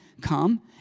come